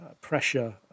pressure